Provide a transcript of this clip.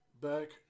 back